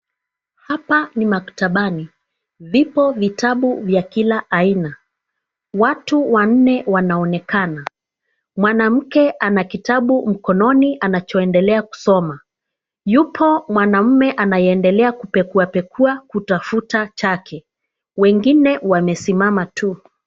Hapa ni maktabani. Vipo vitabu vya kila aina. Watu wanne wanaonekana. Mwanamke ana kitabu mkononi anachoendelea kusoma. Yupo mwanamume anayeendelea kupekuapekua kutafuta chake. Wengine wamesimama tu.